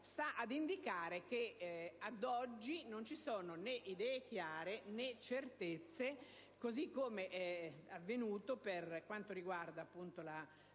sta ad indicare che ad oggi non ci sono, né idee chiare, né certezze, così come avvenuto per quanto riguarda la